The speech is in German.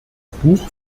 buch